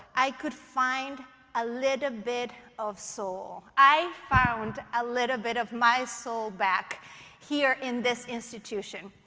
i could find a little bit of sol. i found a little bit of my soul back here in this institution.